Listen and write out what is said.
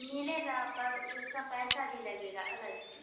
मिलेगा पर उसका पैसा भी लगेगा अलग से